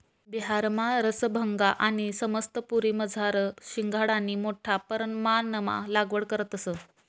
बिहारमा रसभंगा आणि समस्तीपुरमझार शिंघाडानी मोठा परमाणमा लागवड करतंस